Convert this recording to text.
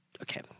Okay